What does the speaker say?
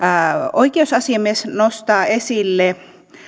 oikeusasiamies nostaa esille